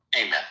Amen